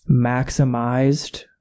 maximized